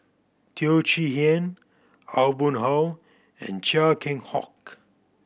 Teo Chee Hean Aw Boon Haw and Chia Keng Hock